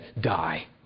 die